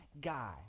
guy